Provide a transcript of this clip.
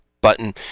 button